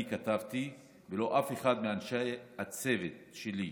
כתבתי ולא אף אחד מאנשי הצוות שלי.